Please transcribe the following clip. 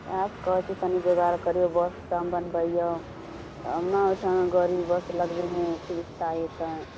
ओहए सऽ कहै छी तनी जोगाड़ करियौ बस स्टाम्प बनबैयौ तब ने ओहिठाम गड़ी बस लगाबैमे सुविस्ता एतै